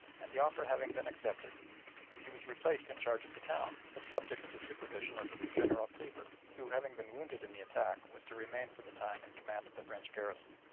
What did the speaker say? and the offer having been accepted he was replaced in charge of the town, but subject to the supervision of general kleber, who having been wounded in the attack was to remain for the time in command of the french garrison.